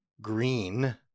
Green